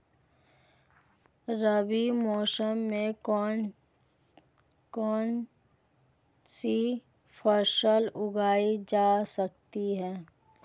रबी मौसम में कौन कौनसी फसल उगाई जा सकती है?